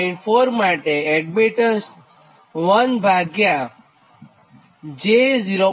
4 માટે એડમીટન્સ 1 ભાગ્યા j0